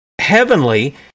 heavenly